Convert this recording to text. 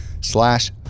slash